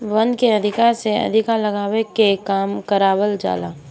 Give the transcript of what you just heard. वन के अधिका से अधिका लगावे के काम करवावल जाला